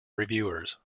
reviewers